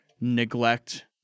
neglect